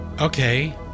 Okay